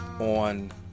on